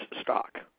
stock